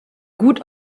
gut